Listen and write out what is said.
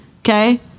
okay